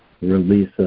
release